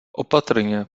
opatrně